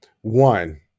One